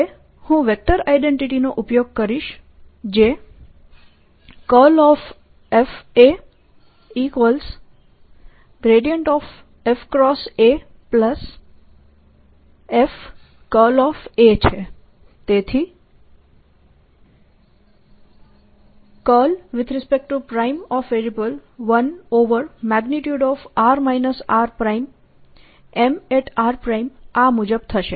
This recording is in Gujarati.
હવે હું વેક્ટર આઇડેન્ટિટી નો ઉપયોગ કરવા જઈશ જે × f×Af A છે તેથી ×1r rMr આ મુજબ થશે